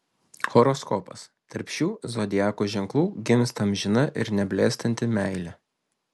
horoskopas tarp šių zodiako ženklų gimsta amžina ir neblėstanti meilė